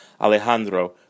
Alejandro